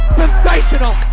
sensational